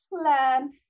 plan